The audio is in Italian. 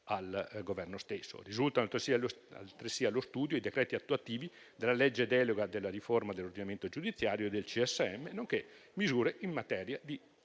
al Governo stesso. Risultano altresì allo studio i decreti attuativi della legge delega della riforma dell'ordinamento giudiziario e del Consiglio superiore